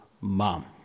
mom